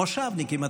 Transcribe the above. מושבניקים,